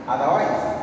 Otherwise